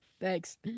Thanks